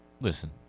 listen